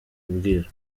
kubwira